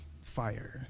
fire